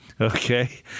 Okay